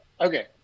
Okay